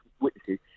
witnesses